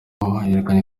yerekanye